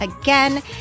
again